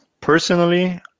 Personally